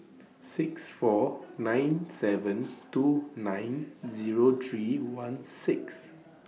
six four nine seven two nine Zero three one six